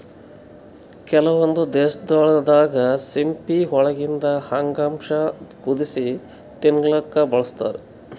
ಕೆಲವೊಂದ್ ದೇಶಗೊಳ್ ದಾಗಾ ಸಿಂಪಿ ಒಳಗಿಂದ್ ಅಂಗಾಂಶ ಕುದಸಿ ತಿಲ್ಲಾಕ್ನು ಬಳಸ್ತಾರ್